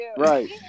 Right